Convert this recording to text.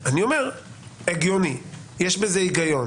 יש בזה היגיון.